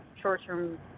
short-term